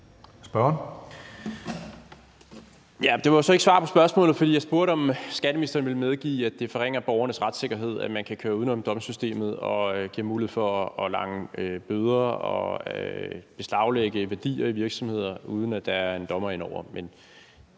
Det var jo så ikke svar på spørgsmålet, for jeg spurgte, om skatteministeren ville medgive, at det forringer borgernes retssikkerhed, at man kan køre uden om domstolssystemet og giver mulighed for at lange bøder ud og beslaglægge værdier i virksomheder, uden at der skal en dommer indover.